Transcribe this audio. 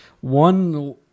One